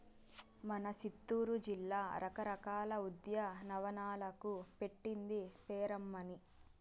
మన సిత్తూరు జిల్లా రకరకాల ఉద్యానవనాలకు పెట్టింది పేరమ్మన్నీ